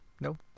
nope